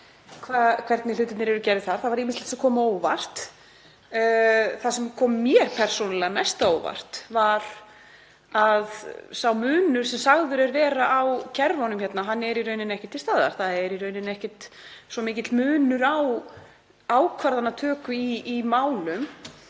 hvernig hlutirnir eru gerðir þar. Það var ýmislegt sem kom á óvart. Það sem kom mér persónulega mest á óvart var að sá munur sem sagður er vera á kerfunum hérna er í rauninni ekki til staðar. Í raun er ekkert svo mikill munur á ákvarðanatöku í málum.